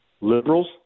liberals